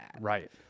Right